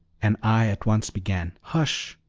and i at once began. hush,